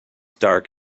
dark